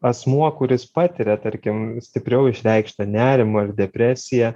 asmuo kuris patiria tarkim stipriau išreikštą nerimą ar depresiją